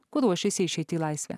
kur ruošiasi išeit į laisvę